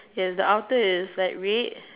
yes the outer is like red